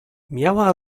miała